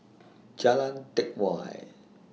Jalan Teck Whye